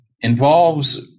involves